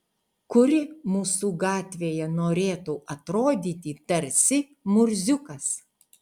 kuri mūsų gatvėje norėtų atrodyti tarsi murziukas